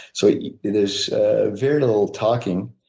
so yeah it is very little talking.